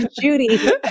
Judy